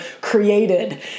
created